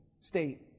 state